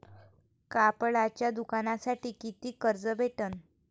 कापडाच्या दुकानासाठी कितीक कर्ज भेटन?